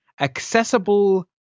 accessible